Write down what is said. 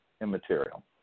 immaterial